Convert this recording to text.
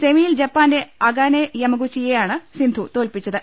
സെമിയിൽ ജപ്പാന്റെ അകാനെ യമഗുച്ചിയെയാണ് സിന്ധു തോൽപ്പിച്ചത്